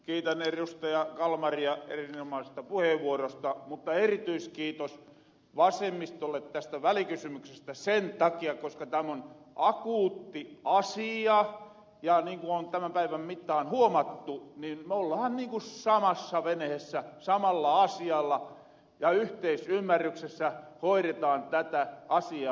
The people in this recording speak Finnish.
kiitän erustaja kalmaria erinomaisesta puheenvuorosta mutta erityiskiitos vasemmistolle tästä välikysymyksestä sen takia koska täm on akuutti asia ja niinku on tämän päivän mittaan huomattu me ollahan niinku samassa venheessä samalla asialla ja yhteisymmärryksessä hoiretaan tätä asiaa